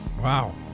Wow